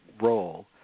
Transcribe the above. role